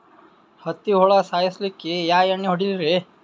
ಹತ್ತಿ ಹುಳ ಸಾಯ್ಸಲ್ಲಿಕ್ಕಿ ಯಾ ಎಣ್ಣಿ ಹೊಡಿಲಿರಿ?